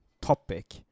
topic